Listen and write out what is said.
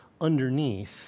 underneath